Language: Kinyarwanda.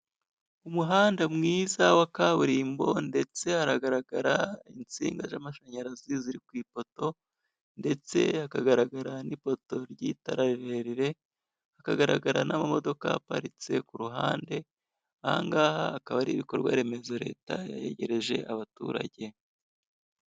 Umuhanda mwiza wa kaburimbo, ndetse hagaragara insinga z'amashanyarazi ziri ku ipoto, ndetse hakagaragara n'ipoto ry'itara rirerire, hakagaragara n'amamodoka aparitse ku ruhande, ahangaha akaba ari ibikorwa remezo leta yegereje abaturage.